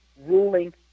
ruling